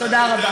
תודה רבה.